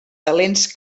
talents